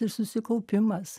ir susikaupimas